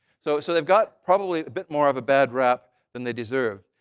so so they've got probably a bit more of a bad rap than they deserve.